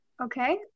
Okay